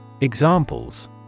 Examples